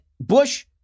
Bush